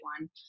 one